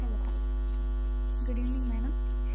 hello good evening madam